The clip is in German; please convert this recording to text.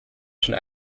schon